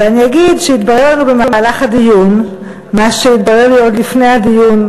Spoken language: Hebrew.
ואני אגיד שהתברר במהלך הדיון מה שהתברר לי עוד לפני הדיון,